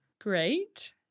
Great